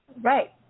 Right